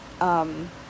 um-